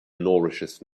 nourishes